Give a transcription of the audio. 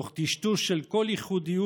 תוך טשטוש של כל ייחודיות,